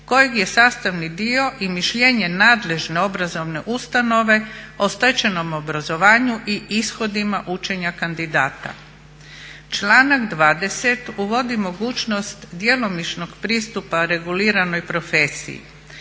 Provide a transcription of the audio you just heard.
kojeg je sastavni dio i mišljenje nadležne obrazovne ustanove o stečenom obrazovanju i ishodima učenja kandidata. Članak 20. uvodi mogućnost djelomičnog pristupa reguliranoj profesiji.